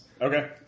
Okay